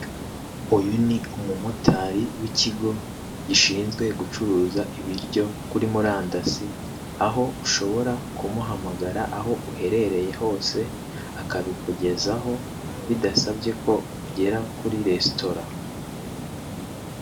Uyu ni umumotari w'ikigo gishinzwe gucuruza ibiryo kuri murandasi, aho ushobora kumuhamagara aho uherereye hose akabikugezaho bidasabye ko ugera kuri resitora.